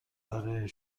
برای